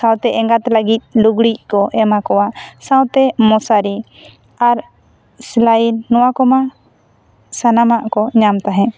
ᱥᱟᱶᱛᱮ ᱮᱸᱜᱟᱛ ᱞᱟᱹᱜᱤᱫ ᱞᱩᱜᱽᱲᱤᱡ ᱠᱚ ᱮᱢᱟ ᱠᱚᱣᱟ ᱥᱟᱶᱛᱮ ᱢᱚᱥᱟᱨᱤ ᱟᱨ ᱥᱞᱟᱭᱤᱰ ᱱᱚᱣᱟ ᱠᱚᱢᱟ ᱥᱟᱱᱟᱢᱟᱜ ᱠᱚ ᱧᱟᱢ ᱛᱟᱦᱮ